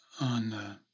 on